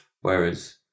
whereas